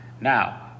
Now